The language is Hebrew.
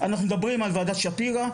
אנחנו מדברים על ועדת שפירא,